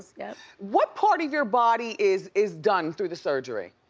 so yeah what part of your body is is done through the surgery?